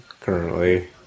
currently